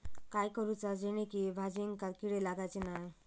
काय करूचा जेणेकी भाजायेंका किडे लागाचे नाय?